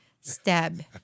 Stab